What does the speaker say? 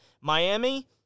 Miami